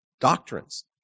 doctrines